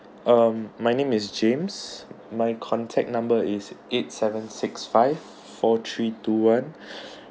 um my name is james my contact number is eight seven six five four three two one